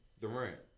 Durant